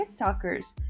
TikTokers